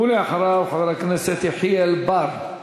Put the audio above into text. ואחריו, חבר הכנסת יחיאל בר.